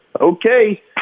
okay